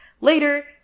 Later